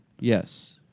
Yes